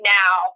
now